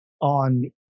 on –